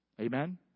Amen